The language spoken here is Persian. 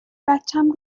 بچم